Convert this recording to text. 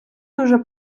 дуже